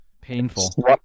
painful